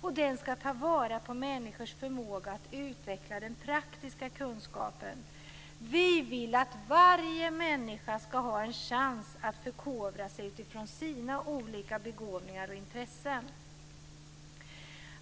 och den ska ta vara på människors förmåga att utveckla den praktiska kunskapen. Vi vill att varje människa ska ha en chans att förkovra sig utifrån sina olika begåvningar och intressen.